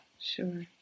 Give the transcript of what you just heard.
Sure